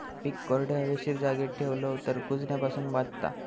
पीक कोरड्या, हवेशीर जागी ठेवलव तर कुजण्यापासून वाचता